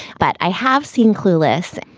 but i have seen clueless.